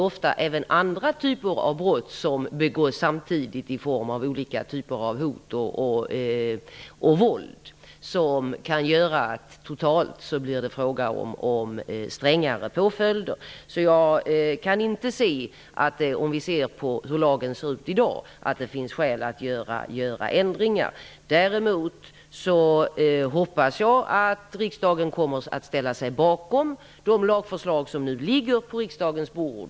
Ofta begås andra typer av brott samtidigt. Olika former av hot och våld kan göra att det totalt blir fråga om strängare påföljder. Jag kan därför inte se att det i dag finns skäl att göra ändringar i lagen. Däremot hoppas jag att riksdagen kommer att ställa sig bakom de lagförslag som nu ligger på riksdagens bord.